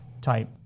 type